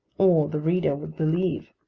or the reader would believe.